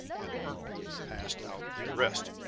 and ernol passed out with the rest.